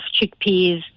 chickpeas